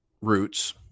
Roots